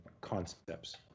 concepts